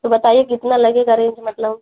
तो बताइए कितना लगेगा रेट मतलब